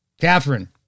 Catherine